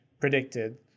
predicted